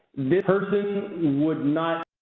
this person would not